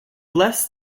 less